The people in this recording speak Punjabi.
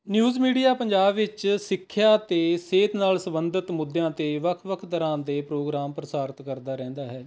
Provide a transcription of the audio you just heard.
ਨਿਊਜ਼ ਮੀਡੀਆ ਪੰਜਾਬ ਵਿੱਚ ਸਿੱਖਿਆ ਅਤੇ ਸਿਹਤ ਨਾਲ ਸੰਬੰਧਿਤ ਮੁੱਦਿਆਂ 'ਤੇ ਵੱਖ ਵੱਖ ਤਰ੍ਹਾਂ ਦੇ ਪ੍ਰੋਗਰਾਮ ਪ੍ਰਸਾਰਿਤ ਕਰਦਾ ਰਹਿੰਦਾ ਹੈ